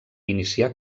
iniciar